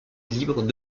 libre